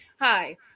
hi